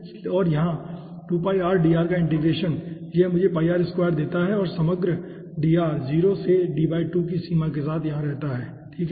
और यहाँ dr का इंटीग्रेशन यह मुझे देता है और समग्र dr 0 से D 2 की सीमा के साथ यहाँ रहता है ठीक है